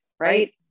Right